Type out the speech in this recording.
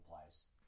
place